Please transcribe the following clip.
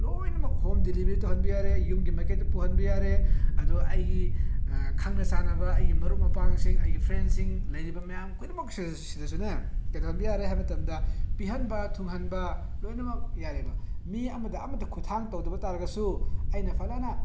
ꯂꯣꯏꯅꯃꯛ home delivery ꯇꯧꯍꯟꯕ ꯌꯥꯔꯦ ꯌꯨꯝꯒꯤ ꯃꯥꯏꯀꯩꯗ ꯄꯨꯍꯟꯕ ꯌꯥꯔꯦ ꯑꯗꯣ ꯑꯩꯒꯤ ꯈꯪꯅ ꯆꯥꯟꯅꯕ ꯑꯩꯒꯤ ꯃꯔꯨꯞ ꯃꯄꯥꯡꯁꯤꯡ ꯑꯩꯒꯤ ꯐ꯭ꯔꯦꯟꯁꯤꯡ ꯂꯩꯔꯤꯕ ꯃꯌꯥꯝ ꯈꯨꯗꯤꯡꯃꯛ ꯁꯤꯗꯁꯨꯅꯦ ꯀꯩꯗꯧꯕ ꯌꯥꯔꯦ ꯍꯥꯏꯕ ꯃꯇꯝꯗ ꯄꯤꯍꯟꯕ ꯊꯨꯡꯍꯟꯕ ꯂꯣꯏꯅꯃꯛ ꯌꯥꯔꯦꯕ ꯃꯤ ꯑꯃꯗ ꯑꯃꯗ ꯈꯨꯠꯊꯥꯡ ꯇꯧꯗꯕ ꯌꯥꯔꯒꯁꯨ ꯑꯩꯅ ꯐꯖꯅ